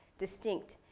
distinct,